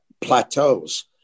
plateaus